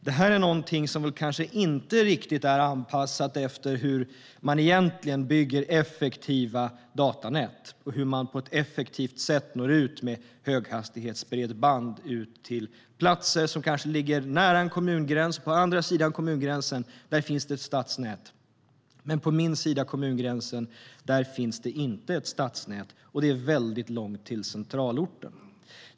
Det här är kanske inte riktigt anpassat efter hur man bygger effektiva datanät och hur man på ett effektivt sätt når ut med höghastighetsbredband till platser som ligger nära en kommungräns. På ena sidan om kommungränsen finns det ett stadsnät men inte på den andra, och det är långt till centralorten.